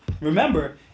Remember